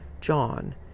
john